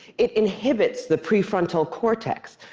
it inhibits the prefrontal cortex,